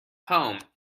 home